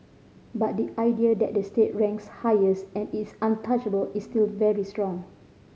but the idea that the state ranks highest and is untouchable is still very strong